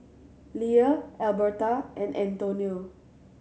Leah Elberta and Antonio